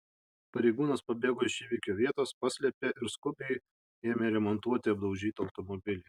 pareigūnas pabėgo iš įvykio vietos paslėpė ir skubiai ėmė remontuoti apdaužytą automobilį